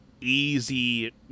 easy